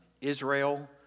Israel